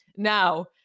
Now